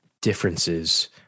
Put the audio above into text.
differences